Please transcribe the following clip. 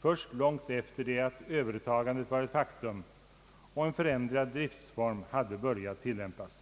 först långt efter det att övertagandet var ett faktum och en förändrad driftform hade börjat tillämpas.